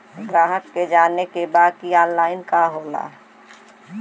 ग्राहक के जाने के बा की ऑनलाइन का होला?